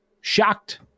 shocked